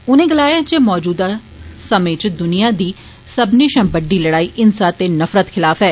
उने गलाया जे मौजूदा समें च दुनियां दी सब्बने षा बड्डी लड़ाई हिंसा ते नफरत दे खलाफ ऐ